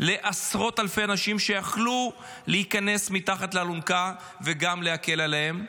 לעשרות אלפי אנשים שיכלו להיכנס מתחת לאלונקה וגם להקל עליהם,